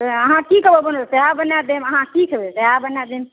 अहाँ की खेबै सएह बना देब अहाँ की खेबै वएह बना देब